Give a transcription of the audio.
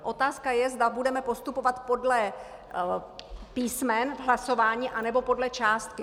Otázka je, zda budeme postupovat podle písmen v hlasování, anebo podle částky.